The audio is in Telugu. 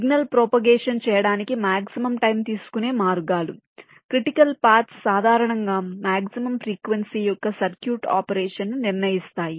సిగ్నల్ ప్రోపగేషన్ చేయడానికి మాక్సిమం టైం తీసుకునే మార్గాలు క్రిటికల్ పాత్స్ సాధారణంగా మాక్సిమం ఫ్రీక్వెన్సీ యొక్క సర్క్యూట్ ఆపరేషన్ ను నిర్ణయిస్తాయి